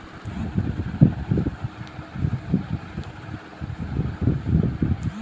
softwood hardwood आर pseudowood लिस्टत तीनटा मेन छेक